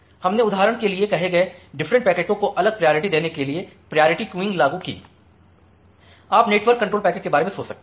हमने उदाहरण के लिए कहे गए डिफरेंट पैकेटों को अलग प्रायोरिटी देने के लिए प्रायोरिटी क्वीययंगता लागू की आप नेटवर्क कंट्रोल पैकेटों के बारे में सोच सकते हैं